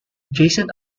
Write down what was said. jason